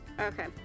Okay